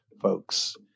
folks